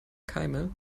keime